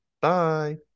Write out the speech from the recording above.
Bye